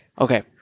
Okay